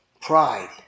Pride